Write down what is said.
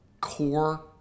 core